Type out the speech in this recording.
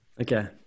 okay